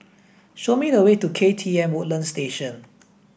show me the way to K T M Woodlands Station